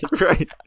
Right